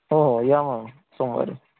हो हो या मग सोमवारी